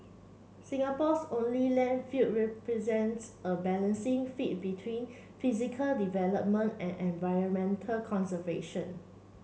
Singapore's only landfill represents a balancing feat between physical development and environmental conservation